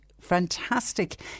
fantastic